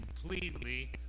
completely